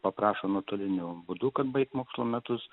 paprašo nuotoliniu būdu kad baigt mokslo metus